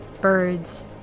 bird's